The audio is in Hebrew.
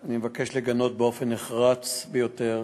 אני מבקש לגנות באופן נחרץ ביותר